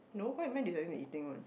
no why am I deciding the eating one